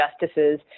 justices